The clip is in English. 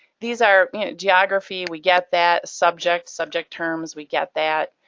these are you know geography, we get that. subject, subject terms, we get that.